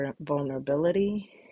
vulnerability